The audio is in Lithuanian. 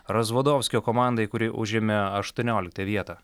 razvadovskio komandai kuri užėmė aštuonioliktąją vietą